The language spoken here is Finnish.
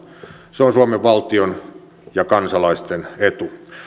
se on suomen valtion ja kansalaisten etu